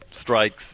strikes